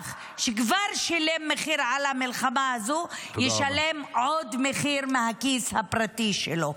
אזרח שכבר שילם מחיר על המלחמה הזו ישלם עוד מחיר מהכיס הפרטי שלו.